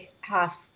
half